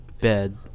bed